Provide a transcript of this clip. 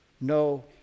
no